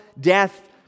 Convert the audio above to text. death